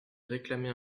réclamait